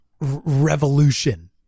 revolution